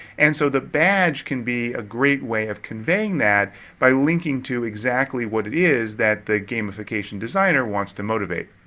and so, the badge can be a great way of conveying that by linking to exactly what it is that the gamification designer wants to motivate.